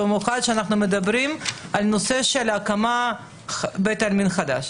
במיוחד כשאנחנו מדברים על הקמת בתי עלמין חדשים.